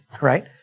Right